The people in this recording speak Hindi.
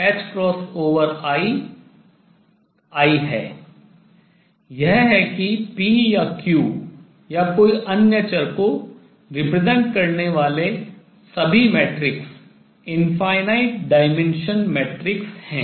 यह है कि p या q या कोई अन्य चर को represent प्रदर्शित करने वाले सभी मैट्रिक्स infinite dimension matrix अनंत आयामी मैट्रिक्स हैं